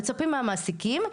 מצפים מהמעסיקים,